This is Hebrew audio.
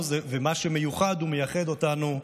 ומה שמיוחד ומייחד אותנו,